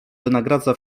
wynagradza